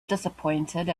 disappointed